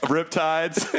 Riptides